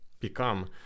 Become